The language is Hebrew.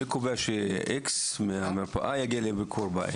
מי קובע שאיקס מהמרפאה יגיע לביקור בית?